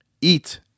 Eat